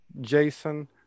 Jason